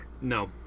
No